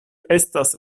estas